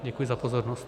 Děkuji za pozornost.